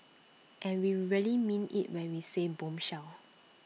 and we really mean IT when we said bombshell